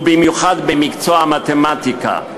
ובמיוחד במקצוע המתמטיקה.